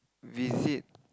visit